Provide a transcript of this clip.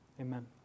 Amen